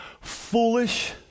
foolish